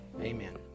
amen